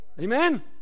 Amen